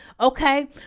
Okay